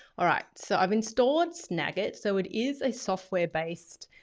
alright, so i've installed snagit, so it is a software based,